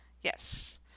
yes